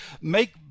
make